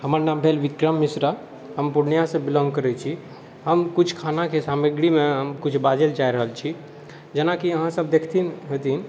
हमर नाम भेल विक्रम मिश्रा हम पूर्णियासँ बिलाॅङ्ग करै छी हम किछु खानाके सामग्रीमे हम किछु बाजैलए चाहि रहल छी जेनाकि अहाँसब देखथिन होथिन